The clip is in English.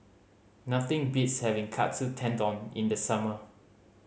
nothing beats having Katsu Tendon in the summer